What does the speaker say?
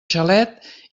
xalet